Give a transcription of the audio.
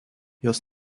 jos